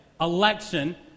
election